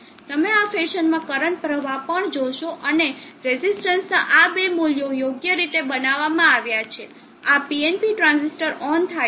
તમે આ ફેશનમાં કરંટ પ્રવાહ પણ જોશો અને રેઝિસ્ટન્સના આ બે મૂલ્યો યોગ્ય રીતે બનાવવામાં આવ્યા છે આ PNP ટ્રાંઝિસ્ટર ઓન થાય છે